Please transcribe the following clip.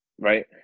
right